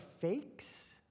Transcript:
fakes